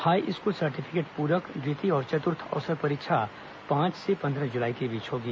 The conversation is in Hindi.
हाईस्कूल सर्टिफिकेट पूरक द्वितीय और चतुर्थ अवसर परीक्षा पांच से पंद्रह जुलाई के बीच होगी